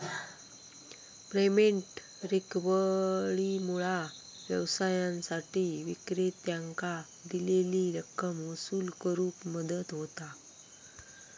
payment रिकव्हरीमुळा व्यवसायांसाठी विक्रेत्यांकां दिलेली रक्कम वसूल करुक मदत होता